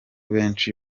benshi